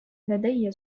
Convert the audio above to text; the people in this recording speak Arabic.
لدي